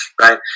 right